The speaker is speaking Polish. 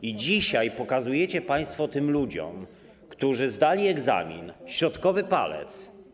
I dzisiaj pokazujecie państwo tym ludziom, którzy zdali egzamin, środkowy palec.